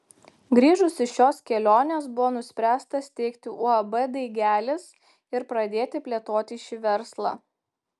grįžus iš šios kelionės buvo nuspręsta steigti uab daigelis ir pradėti plėtoti šį verslą